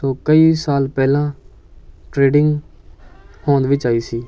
ਸੋ ਕਈ ਸਾਲ ਪਹਿਲਾਂ ਟ੍ਰੇਡਿੰਗ ਹੋਂਦ ਵਿੱਚ ਆਈ ਸੀ